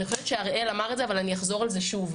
אני חושבת שהראל אמר את זה אבל אני אחזור על זה שוב.